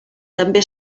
també